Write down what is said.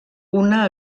una